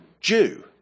Jew